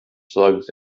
slugs